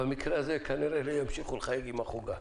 במקרה הזה כנראה ימשיכו לחייג עם החוגה.